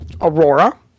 Aurora